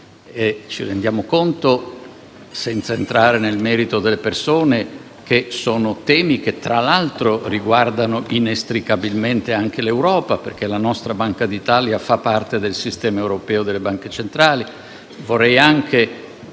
Ci rendiamo conto, senza entrare nel merito delle persone, che sono temi che tra l'altro riguardano inestricabilmente anche l'Europa, perché la nostra Banca d'Italia fa parte del sistema europeo delle banche centrali?